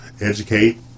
educate